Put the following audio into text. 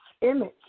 image